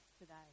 today